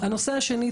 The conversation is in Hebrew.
הנושא שני,